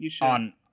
on